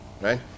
right